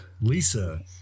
Lisa